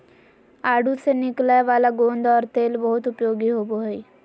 आडू से निकलय वाला गोंद और तेल बहुत उपयोगी होबो हइ